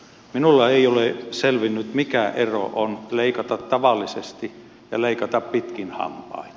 minulle ei ole selvinnyt mikä ero on leikata tavallisesti ja leikata pitkin hampain